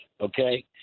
okay